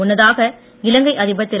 முன்னதாக இலங்கை அதிபர் திரு